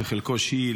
שחלקו שיעי,